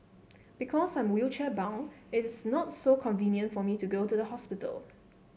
because I'm wheelchair bound it is not so convenient for me to go to the hospital